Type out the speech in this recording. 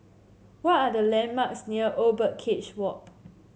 what are the landmarks near Old Birdcage Walk